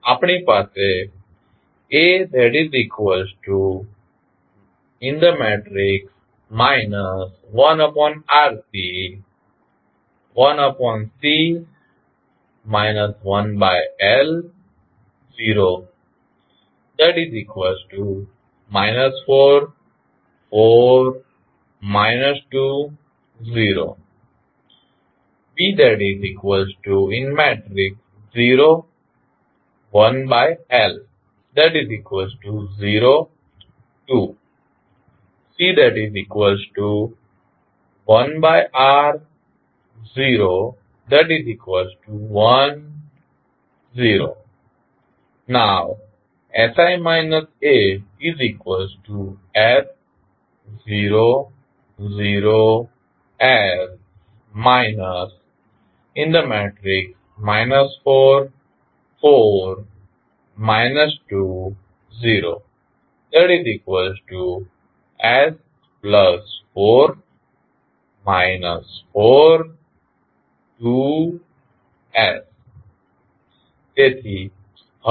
આપણી પાસે તેથી હવે તમને A B અને C મળશે